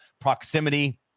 proximity